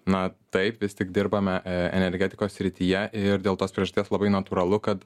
na taip vis tik dirbame energetikos srityje ir dėl tos priežasties labai natūralu kad